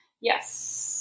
Yes